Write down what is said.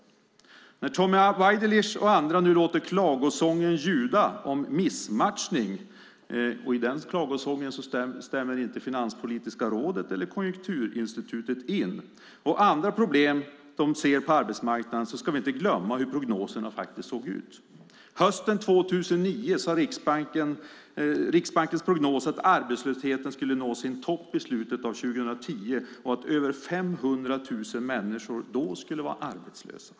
När Tommy Waidelich och andra nu låter klagosången ljuda om missmatchning - i den klagosången stämmer inte Finanspolitiska rådet eller Konjunkturinstitutet in - och andra problem de ser på arbetsmarknaden ska vi inte glömma hur prognoserna såg ut. Hösten 2009 sade Riksbankens prognos att arbetslösheten skulle nå sin topp i slutet av 2010 och att över 500 000 människor då skulle vara arbetslösa.